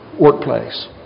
Workplace